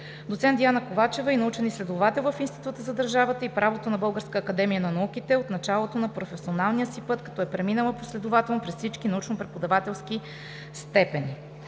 Доцент Диана Ковачева е научен изследовател в Института за държавата и правото при Българската академия на науките от началото на професионалния си път, като е преминала последователно през всички научно-преподавателски степени.